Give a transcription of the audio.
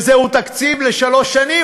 וזהו תקציב לשלוש שנים,